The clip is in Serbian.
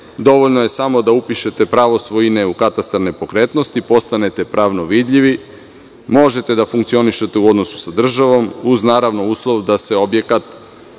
dovoljno je samo da upišete pravo svojine u katastar nepokretnosti, postanete pravno vidljivi, možete da funkcionišete u odnosu sa državom, naravno, uz uslov da se objekat